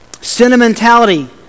sentimentality